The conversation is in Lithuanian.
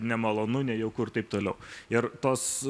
nemalonu nejauku ir taip toliau ir tos